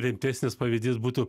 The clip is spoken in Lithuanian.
rimtesnis pavyzdys būtų